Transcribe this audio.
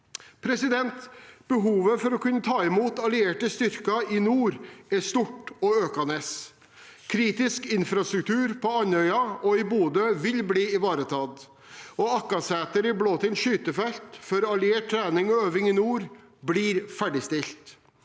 Behovet for å kunne ta imot allierte styrker i nord er stort og økende. Kritisk infrastruktur på Andøya og i Bodø vil bli ivaretatt, og Akkaseter i Blåtind skytefelt for alliert trening og øving i nord blir ferdigstilt.